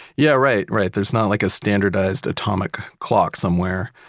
yeah, right. right. there's not like a standardized atomic clock somewhere,